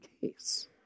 case